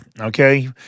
okay